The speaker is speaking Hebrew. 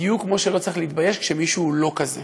בדיוק כמו שלא צריך להתבייש כשמישהו הוא לא כזה,